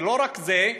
ולא רק זה,